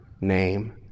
name